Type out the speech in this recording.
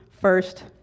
first